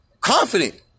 Confident